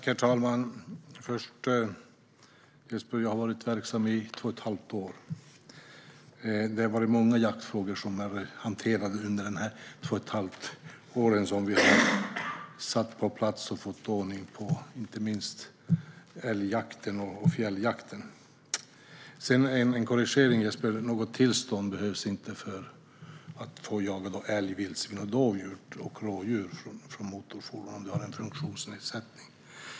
Herr talman! Jag har varit verksam i två och ett halvt år, Jesper. Vi har hanterat och fått ordning på många jaktfrågor under dessa två och ett halvt år, inte minst älgjakten och fjälljakten. Jag vill göra en korrigering, Jesper: Något tillstånd behövs inte för att jaga älg, vildsvin, dovhjort och rådjur från motorfordon om du har en funktionsnedsättning.